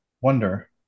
wonder